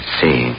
see